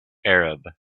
arab